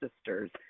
sisters